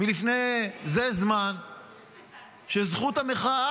לפני זמן מה,